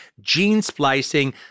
gene-splicing